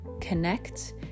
connect